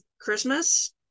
Christmas